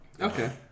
Okay